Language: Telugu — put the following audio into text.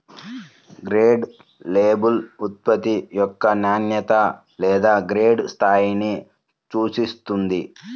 గ్రేడ్ లేబుల్ ఉత్పత్తి యొక్క నాణ్యత లేదా గ్రేడ్ స్థాయిని సూచిస్తుంది